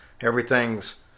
everything's